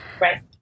Right